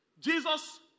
Jesus